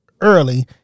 early